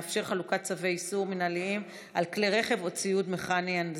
המאפשר חלוקת צווי איסור מינהליים על כלי רכב או ציוד מכני-הנדסי.